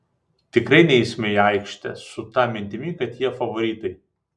tikrai neisime į aikštę su ta mintimi kad jie favoritai